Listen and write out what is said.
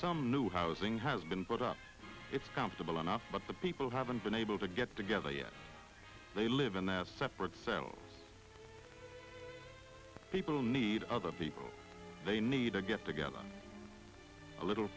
some new housing has been brought up it's comfortable enough but the people haven't been able to get together yet they live in that separate sales people need other people they need to get together a little